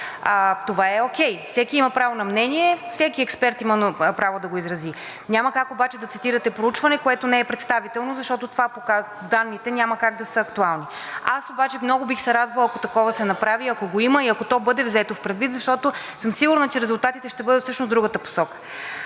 Това е окей, всеки има право на мнение, всеки експерт има право да го изрази. Няма как обаче да цитирате проучване, което не е представително, защото с това данните няма как да са актуални. Аз обаче много бих се радвала, ако такова се направи, ако го има и ако то бъде взето предвид, защото съм сигурна, че резултатите ще бъдат всъщност в другата посока.